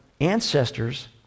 ancestors